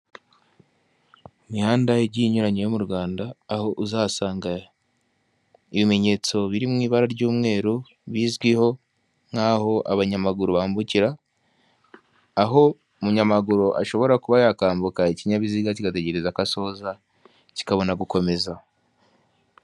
Imihanda igiye inyuranye yo mu rwanda aho uzasanga ibimenyetso birimo ibara ry'umweru, bizwiho nk'aho abanyamaguru bambukira aho umunyamaguru ashobora kuba yakwambuka ikinyabiziga kigategereza ko asoza kikabona gukomeza.